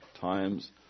times